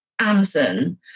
Amazon